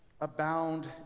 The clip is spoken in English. abound